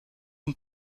een